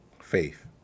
faith